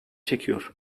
çekiyor